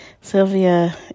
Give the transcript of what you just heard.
Sylvia